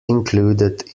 included